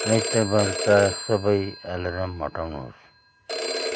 आइतबारका सबै अलार्म हटाउनुहोस्